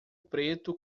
preto